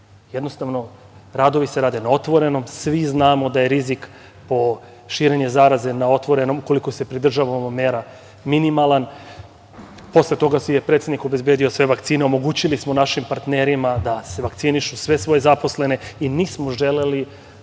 Jednostavno, radovi se rade na otvorenom. Svi znamo da je rizik po širenje zaraze na otvorenom, koliko se pridržavamo mera, minimalan. Posle toga je predsednik obezbedio sve vakcine. Omogućili smo našim partnerima da se vakcinišu, sve svoje zaposlene i nismo želeli